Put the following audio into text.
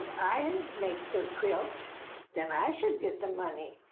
i make the quilts then i should get the money.